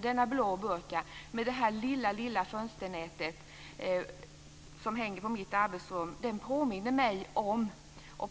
Denna blå burqa med det lilla fönsternätet på mitt arbetsrum